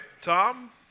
Tom